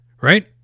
right